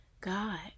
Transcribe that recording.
God